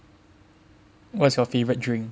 what's your favourite drink